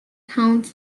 county